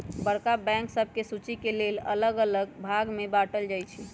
बड़का बैंक सभके सुचि के लेल अल्लग अल्लग भाग में बाटल जाइ छइ